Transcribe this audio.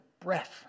Breath